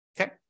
Okay